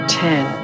ten